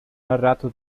narrato